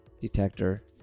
detector